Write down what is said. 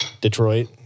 Detroit